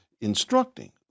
instructing